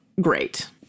great